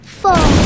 four